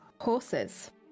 horses